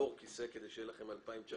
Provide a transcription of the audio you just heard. לשבור כיסא כדי שיהיו לכם רק 2,999 אנשים.